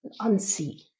unsee